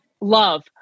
love